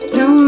no